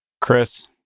Chris